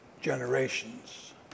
generations